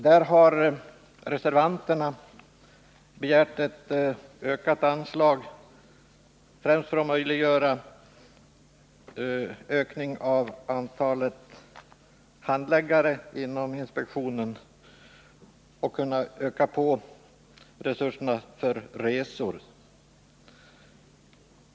Där har reservanterna begärt ett ökat anslag främst för att möjliggöra ökning av antalet handläggare inom inspektionen och kunna öka resurserna för resor.